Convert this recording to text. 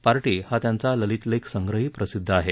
party हा त्यांचा ललितलेख संग्रहही प्रसिद्ध आहे